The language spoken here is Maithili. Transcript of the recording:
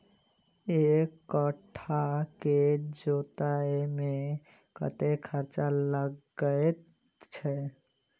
एक कट्ठा केँ जोतय मे कतेक खर्चा लागै छै?